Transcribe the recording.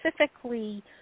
specifically